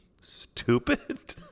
stupid